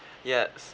yes